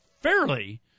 fairly